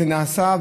זה נעשה,